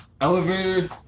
Elevator